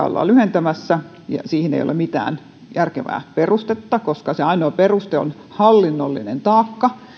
ollaan lyhentämässä siihen ei ole mitään järkevää perustetta koska ainoa peruste on hallinnollinen taakka